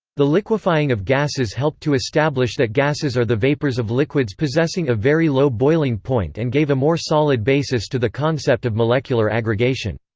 the liquefying of gases helped to establish that gases are the vapours of liquids possessing a very low boiling point and gave a more solid basis to the concept of molecular aggregation.